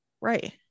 Right